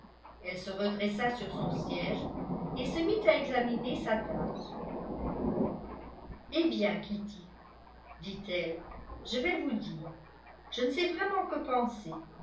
elle se redressa sur son siège et se mit à examiner sa tâche eh bien kitty dit-elle je vais vous dire je ne sais vraiment que penser